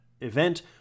event